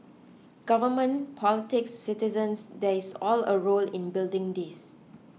government politics citizens there is all a role in building this